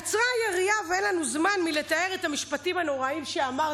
קצרה היריעה ואין לנו זמן לתאר את המשפטים הנוראים שאמרתי,